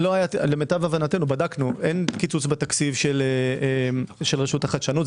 למיטב הבנתנו אין קיצוץ בתקציב רשות החדשנות.